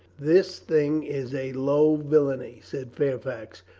this thing is a low villainy, said fairfax,